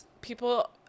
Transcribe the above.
people